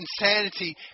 insanity